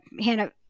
Hannah